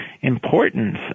importance